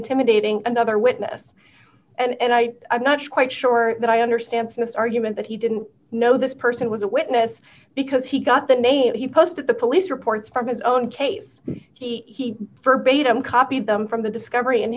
intimidating another witness and i i'm not quite sure that i understand since argument that he didn't know this person was a witness because he got the name he posted the police reports from his own case he forbade him copied them from the discovery in